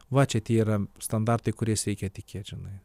va čia tie yra standartai kuriais reikia tikėt žinai